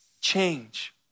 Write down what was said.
change